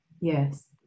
yes